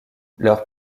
leurs